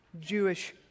Jewish